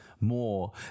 more